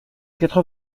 quatre